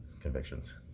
convictions